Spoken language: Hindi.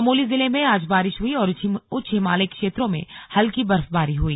चमोली जिले में आज बारिश हुई और उच्च हिमालयी क्षेत्रों में हल्की बर्फबारी हुई